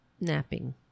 Napping